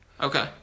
Okay